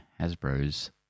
Hasbro's